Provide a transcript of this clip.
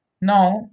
Now